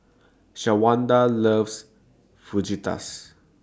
Shawanda loves Fajitas